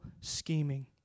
scheming